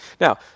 Now